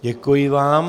Děkuji vám.